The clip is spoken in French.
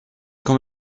quand